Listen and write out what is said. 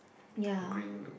ya